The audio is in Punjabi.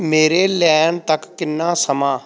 ਮੇਰੇ ਲੈਣ ਤੱਕ ਕਿੰਨਾ ਸਮਾਂ